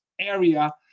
area